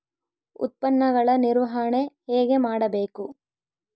ಉತ್ಪನ್ನಗಳ ನಿರ್ವಹಣೆ ಹೇಗೆ ಮಾಡಬೇಕು?